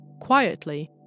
quietly